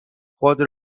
خود